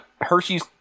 Hershey's